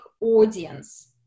audience